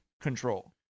control